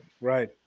right